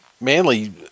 Manly